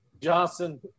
johnson